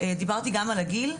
דיברתי גם על הגיל,